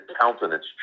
countenance